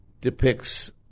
depicts